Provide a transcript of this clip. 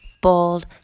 bold